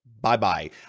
Bye-bye